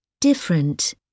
Different